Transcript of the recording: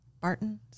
Barton